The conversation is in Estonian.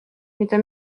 mida